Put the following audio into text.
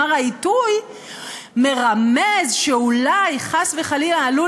הוא אמר: העיתוי מרמז שאולי חס וחלילה עלול